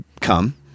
come